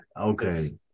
Okay